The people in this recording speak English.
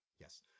Yes